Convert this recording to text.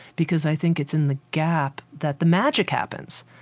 because i think it's in the gap that the magic happens,